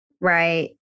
Right